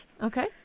Okay